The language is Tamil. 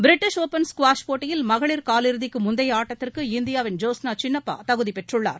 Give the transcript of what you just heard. பிரிட்டிஷ் ஒப்பன் ஸ்குவாஷ் போட்டியில் மகளிர் காலிறுதிக்கு முந்தைய ஆட்டத்திற்கு இந்தியாவின் ஜோஸ்னா சின்னப்பா தகுதி பெற்றுள்ளார்